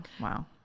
wow